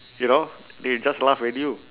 you know they just laugh at you